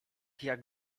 jak